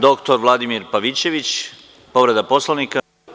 Dr Vladimir Pavićević, povreda Poslovnika.